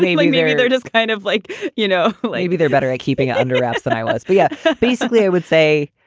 like mary, they're just kind of like you know, maybe they're better at keeping it under wraps than i was. yeah basically, i would say,